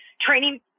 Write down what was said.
training